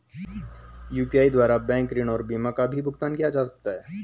UPI द्वारा bank ऋण और बीमा का भी भुगतान किया जा सकता है?